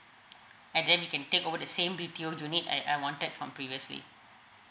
and then we can take over the same B_T_O unit I I wanted from previously